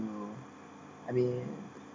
to I mean